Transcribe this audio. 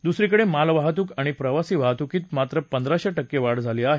दुसरीकडे मालवाहतूक आणि प्रवासी वाहतुकीत मात्र पंधराशे टक्के वाढ झाली आहे